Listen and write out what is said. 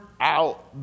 out